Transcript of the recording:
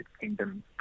Kingdom